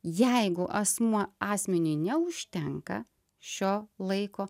jeigu asmuo asmeniui neužtenka šio laiko